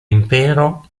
impero